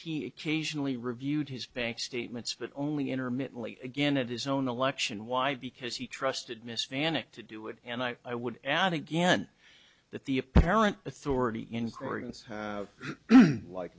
he occasionally reviewed his bank statements but only intermittently again at his own election why because he trusted miss van ic to do it and i i would add again that the apparent authority in corinth like